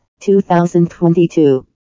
2022